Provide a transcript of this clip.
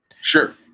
sure